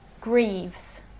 grieves